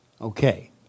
Okay